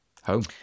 Home